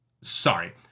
Sorry